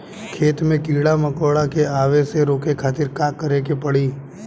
खेत मे कीड़ा मकोरा के आवे से रोके खातिर का करे के पड़ी?